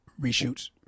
Reshoots